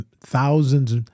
thousands